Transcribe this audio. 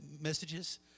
messages